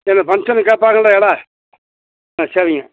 ஏன்னால் ஃபங்க்ஷனுக்கு கேட்பாங்கள்ல இலை ஆ சரிங்க